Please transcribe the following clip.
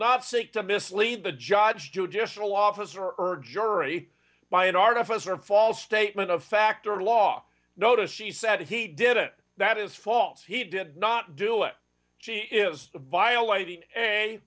not seek to mislead the judge judicial officer or jury by an artificer false statement of fact or law notice she said he did it that is false he did not do it she is violating a